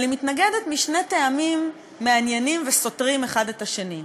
אבל היא מתנגדת משני טעמים מעניינים וסותרים אחד את השני.